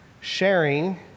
sharing